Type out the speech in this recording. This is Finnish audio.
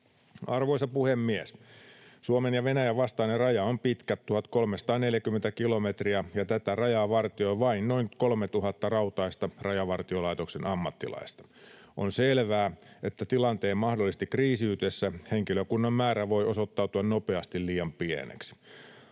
Arvoisa puhemies! Suomen ja Venäjän vastainen raja on pitkä, 1 340 kilometriä, ja tätä rajaa vartioi vain noin 3 000 rautaista Rajavartiolaitoksen ammattilaista. On selvää, että tilanteen mahdollisesti kriisiytyessä henkilökunnan määrä voi osoittautua nopeasti liian pieneksi.